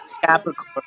Capricorn